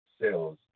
sales